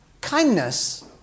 kindness